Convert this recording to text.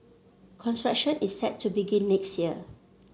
construction is set to begin next year